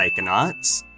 Psychonauts